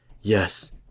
Yes